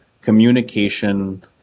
communication